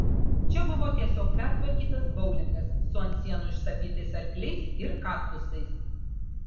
čia buvo tiesiog pertvarkytas boulingas su ant sienų ištapytais arkliais ir kaktusais